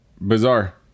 bizarre